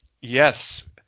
Yes